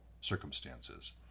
circumstances